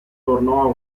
tornò